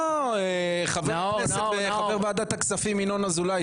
חבר ועדת הכספים ינון אזולאי,